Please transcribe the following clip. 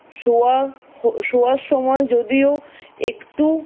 শোয়া শোয়ার সময় যদিও একটু